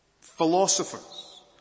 Philosophers